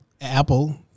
Apple